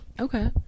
Okay